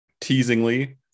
teasingly